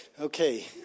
Okay